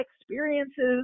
experiences